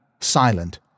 silent